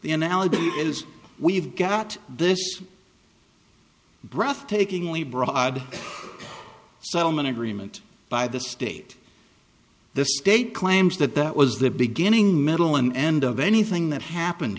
the analogy is we've got this breathtakingly broad settlement agreement by the state the state claims that that was the beginning middle and end of anything that happened